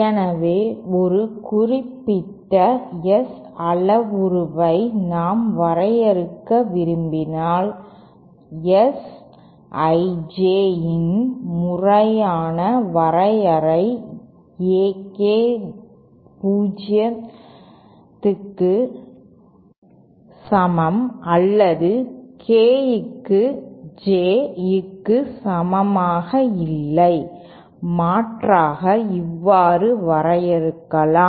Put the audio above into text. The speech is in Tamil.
எனவே ஒரு குறிப்பிட்ட S அளவுருவை நாம் வரையறுக்க விரும்பினால் S I J இன் முறையான வரையறை A K 0 க்கு அல்லது K க்கு J க்கு சமமாக இல்லை மாற்றாக இவ்வாறு வரையறுக்கலாம்